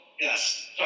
yes